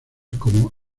como